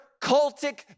cultic